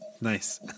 nice